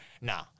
nah